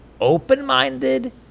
open-minded